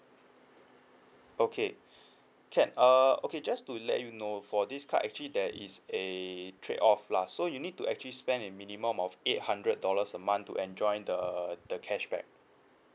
okay can err okay just to let you know for this card actually there is a trade off lah so you need to actually spend a minimum of eight hundred dollars a month to enjoy the the cashback